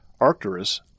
Arcturus